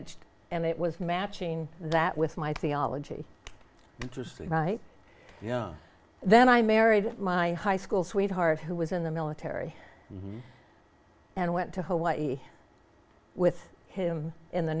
it and it was matching that with my theology interest right you know then i married my high school sweetheart who was in the military and went to hawaii with him in the